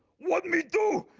what me do?